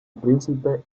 príncipe